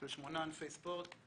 זה שמונה ענפי ספורט,